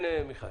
כן, מיכאל.